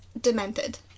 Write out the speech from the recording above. demented